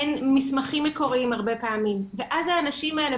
אין מסמכים מקוריים הרבה פעמים ואז האנשים האלה,